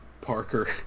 Parker